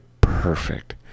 perfect